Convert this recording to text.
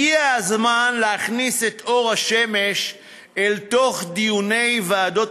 הגיע הזמן להכניס את אור השמש אל תוך דיוני ועדות